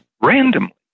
randomly